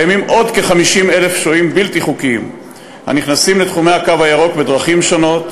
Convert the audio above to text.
עוד כ-50,000 שוהים בלתי חוקיים נכנסים לתחומי הקו הירוק בדרכים שונות,